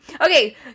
Okay